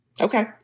Okay